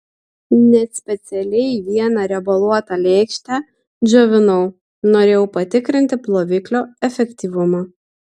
net specialiai vieną riebaluotą lėkštę džiovinau norėjau patikrinti ploviklio efektyvumą